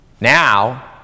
Now